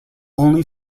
only